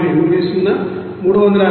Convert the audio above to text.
67 మరియు 3